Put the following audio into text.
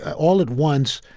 all at once,